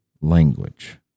language